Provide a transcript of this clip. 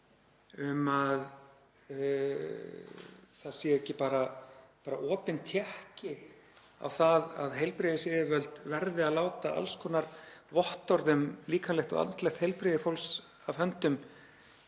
um að það sé ekki bara opinn tékki á það að heilbrigðisyfirvöld verði að láta alls konar vottorð um líkamlegt og andlegt heilbrigði fólks af höndum